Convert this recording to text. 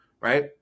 right